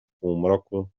półmroku